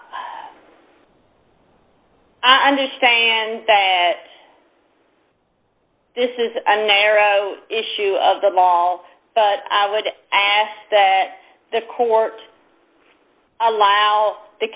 i understand that this is a narrow issue of the law but i would ask that the court allow the